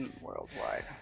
worldwide